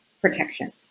protection